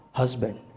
husband